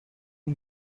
این